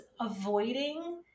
avoiding